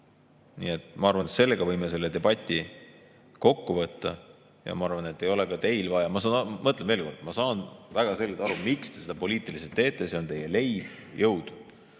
ajal. Ma arvan, et sellega võime selle debati kokku võtta. Ja ma arvan, et ei ole ka teil seda vaja. Ma ütlen veel kord, ma saan väga selgelt aru, miks te seda poliitiliselt teete: see on teie leib, jõud.